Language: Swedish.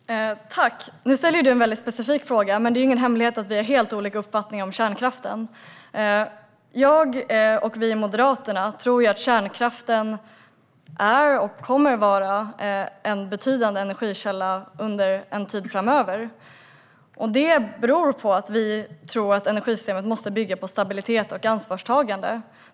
Fru talman! Nu ställer Birger Lahti en väldigt specifik fråga, men det är ingen hemlighet att vi har helt olika uppfattning om kärnkraften. Jag och vi i Moderaterna tror att kärnkraften är och kommer att vara en betydande energikälla under en tid framöver. Det beror på att vi tror att energisystemet måste bygga på stabilitet och ansvarstagande.